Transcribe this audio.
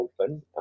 open